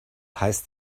heißt